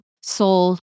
soul